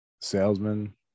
Salesman